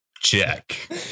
check